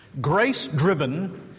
grace-driven